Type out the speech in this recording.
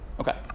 Okay